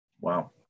Wow